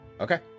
Okay